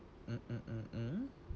mm mm mm mmhmm